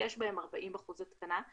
שיש בהן 40% התקנה,